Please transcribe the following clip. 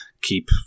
keep